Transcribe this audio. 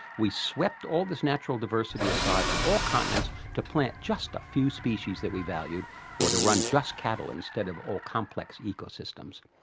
we swept all this natural diversity aside on all continents to plant just a few species that we valued or to run just cattle instead of all complex ecosystems.